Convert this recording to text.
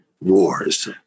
wars